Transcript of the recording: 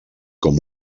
com